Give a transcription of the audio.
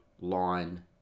line